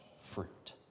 fruit